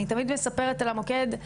אני תמיד מספרת על המוקד,